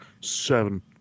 Seven